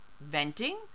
venting